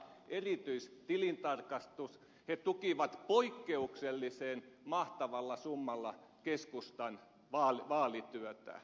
he tukivat poikkeuksellisen mahtavalla summalla keskustan vaalityötä